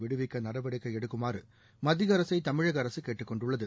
விடுவிக்க நடவடிக்கை எடுக்குமாறு மத்திய அரசை தமிழக அரசு கேட்டுக்கொண்டுள்ளது